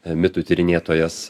mitų tyrinėtojas